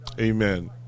amen